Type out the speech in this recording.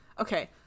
okay